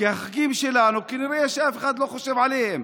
כי החגים שלנו, כנראה שאף אחד לא חושב עליהם.